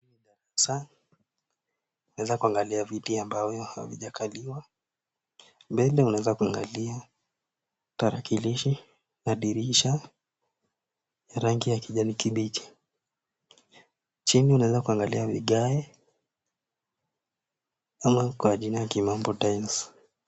Darasa unaweza kuangalia viti ambavyo havijakaliwa ,mbele unaweza kuangalia tarakilishi na dirisha ya rangi ya kijani kibichi. Chini kuna vigae ama kwa jina ya kimombo tiles